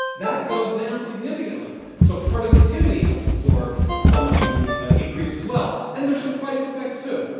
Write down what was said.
that goes down significantly. so productivity helps absorb some of the increase as well. and there's some price effects, too.